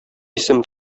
исем